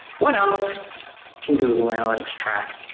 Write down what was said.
what else can google analytics track?